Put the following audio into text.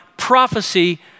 prophecy